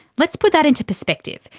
let's put that into perspective.